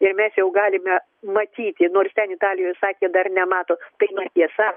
ir mes jau galime matyti nors ten italijoj sakė dar nemato tai netiesa